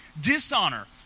Dishonor